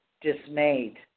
dismayed